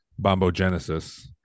bombogenesis